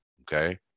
Okay